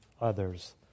others